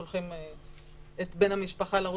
שולחים את בן המשפחה דחוף,